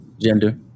gender